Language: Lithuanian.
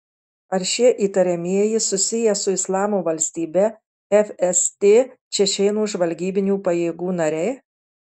ar šie įtariamieji susiję su islamo valstybe fst čečėnų žvalgybinių pajėgų nariai